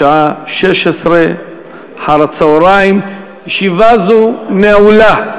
בשעה 16:00. ישיבה זאת נעולה.